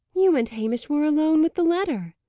you and hamish were alone with the letter!